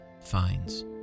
finds